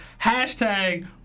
hashtag